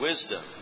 wisdom